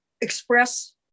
express